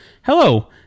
Hello